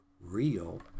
real